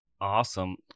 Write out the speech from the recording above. Awesome